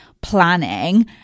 planning